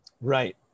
Right